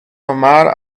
omar